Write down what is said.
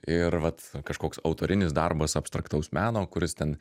ir vat kažkoks autorinis darbas abstraktaus meno kuris ten